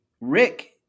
Rick